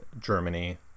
Germany